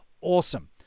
awesome